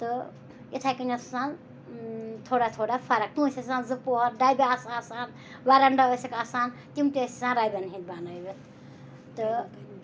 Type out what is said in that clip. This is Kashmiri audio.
تہٕ یِتھَے کٔنۍ ٲسۍ آسان تھوڑا تھوڑا فَرق کٲنسہِ ٲسۍ آسان زٕ پُہر ڈَبہِ آسہٕ آسان وَرَنڈا ٲسٕکھ آسان تِم تہِ ٲسۍ آسان رَبَٮ۪ن ہِنٛدۍ بَنٲوِتھ تہٕ